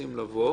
רוצים לבוא